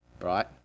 right